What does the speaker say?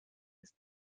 ist